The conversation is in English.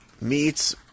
meets